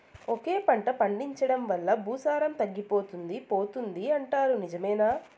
ఒకే పంట పండించడం వల్ల భూసారం తగ్గిపోతుంది పోతుంది అంటారు నిజమేనా